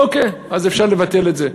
אוקיי, אז אפשר לבטל את זה.